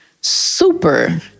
super